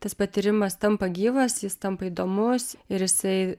tas patyrimas tampa gyvas jis tampa įdomus ir jisai